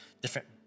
different